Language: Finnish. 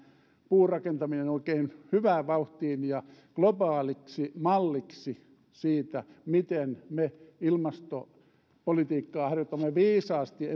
puurakentaminen oikein hyvään vauhtiin ja globaaliksi malliksi siitä miten me ilmastopolitiikkaa harjoitamme viisaasti